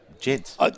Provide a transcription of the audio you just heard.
gents